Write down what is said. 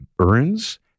earns